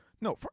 No